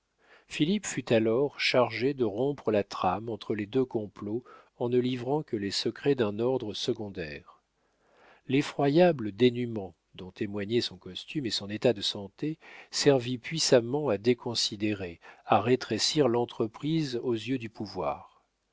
fut alors chargé de rompre la trame entre les deux complots en ne livrant que les secrets d'un ordre secondaire l'effroyable dénûment dont témoignaient son costume et son état de santé servit puissamment à déconsidérer à rétrécir l'entreprise aux yeux du pouvoir